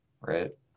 Right